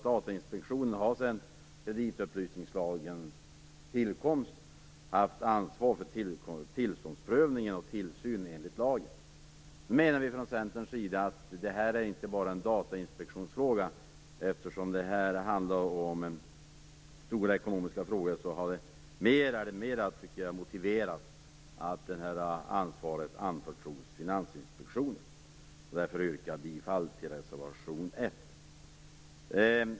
Datainspektionen har sedan kreditupplysningslagens tillkomst haft ansvar för tillståndsprövningen och tillsynen, enligt lagen. Vi från Centerns sida menar att detta inte bara är en datainspektionsfråga. Eftersom det handlar om stora ekonomiska frågor är det mera motiverat att ansvaret anförtros Finansinspektionen. Därför yrkar jag bifall till reservation 1.